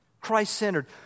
Christ-centered